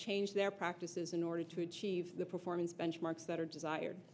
change their practices in order to achieve the performance benchmarks that are desired